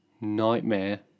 Nightmare